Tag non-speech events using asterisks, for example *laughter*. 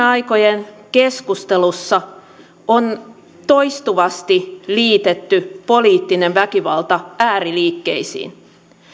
*unintelligible* aikojen keskustelussa on toistuvasti liitetty poliittinen väkivalta ääriliikkeisiin